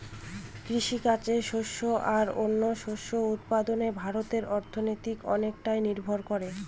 কৃষিকাজে শস্য আর ও অন্যান্য শস্য উৎপাদনে ভারতের অর্থনীতি অনেকটাই নির্ভর করে